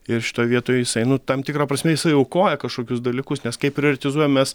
ir šitoj vietoj jisai nu tam tikra prasme jisai aukoja kažkokius dalykus nes kai prioretizuojam mes